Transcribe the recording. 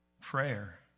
prayer